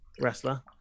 wrestler